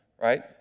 right